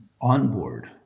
onboard